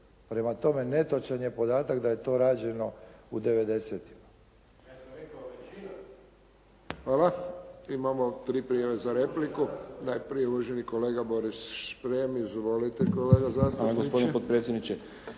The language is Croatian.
Prema tome, netočan je podatak da je to rađeno u 90-tim.